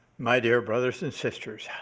my dear brothers and sisters,